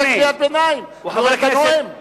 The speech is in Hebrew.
הוא גדול הדור.